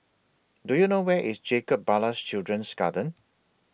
Do YOU know Where IS Jacob Ballas Children's Garden